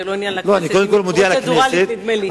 זה לא עניין לכנסת, פרוצדורלית, נדמה לי.